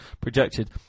projected